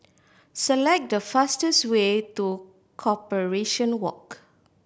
select the fastest way to Corporation Walk